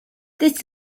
this